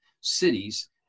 cities